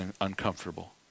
uncomfortable